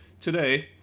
today